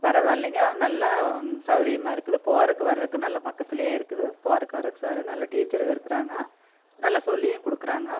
பரவாயில்லைங்க நல்லா சவுரியமா இருக்குது போறதுக்கு வர்றதுக்கு நல்லா பக்கத்துலேயே இருக்குது போறதுக்கு வர்றதுக்கு சவுரியம் நல்ல டீச்சர்கள் இருக்கிறாங்க நல்லா சொல்லியும் கொடுக்குறாங்க